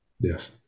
Yes